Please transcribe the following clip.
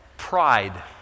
pride